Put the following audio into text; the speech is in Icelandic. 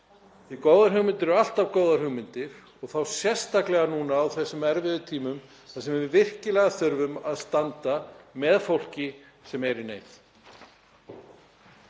að góðar hugmyndir eru alltaf góðar hugmyndir og þá sérstaklega núna á þessum erfiðu tímum þar sem við virkilega þurfum að standa með fólki sem er í neyð.